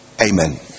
Amen